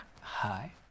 Hi